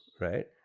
right